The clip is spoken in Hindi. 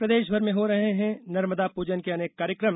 प्रदेश भर में हो रहे हैं नर्मदा पूजन के अनेक कार्यक्रम